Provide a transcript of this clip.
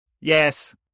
Yes